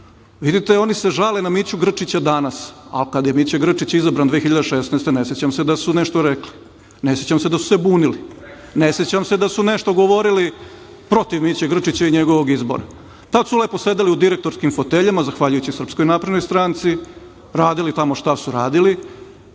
oni se žale na Miću Grčića danas, a kada je Mića Grčić izabran 2016. godine ne sećam se da su nešto rekli, ne sećam se da su se bunili, ne sećam se da su nešto govorili protiv Miće Grčića i njegovog izbora, tada su lepo sedeli u direktorskim foteljama zahvaljujući Srpskoj naprednoj stranci, radili tamo šta su radili,